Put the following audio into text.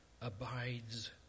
abides